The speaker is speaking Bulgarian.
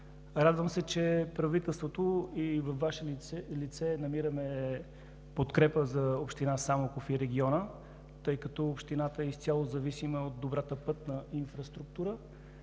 Радвам се, че в правителството и във Ваше лице намираме подкрепа за община Самоков и региона, тъй като общината е изцяло зависима от добрата пътна инфраструктура.